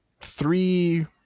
three